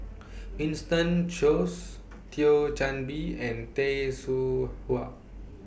Winston Choos Thio Chan Bee and Tay Seow Huah